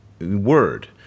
word